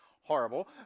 Horrible